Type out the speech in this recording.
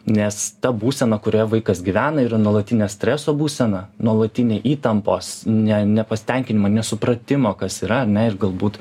nes ta būsena kurioje vaikas gyvena yra nuolatinio streso būsena nuolatinė įtampos ne nepasitenkinimo nesupratimo kas yra ane ir galbūt